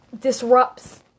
disrupts